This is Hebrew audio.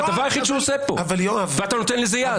זה הדבר היחיד שהוא עושה פה ואתה נותן לזה יד.